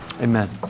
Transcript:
Amen